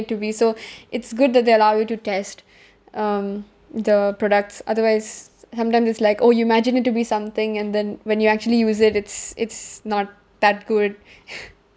to be so it's good that they allow you to test um the products otherwise sometimes it's like oh you imagine it to be something and then when you actually use it's it's not that good